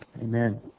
Amen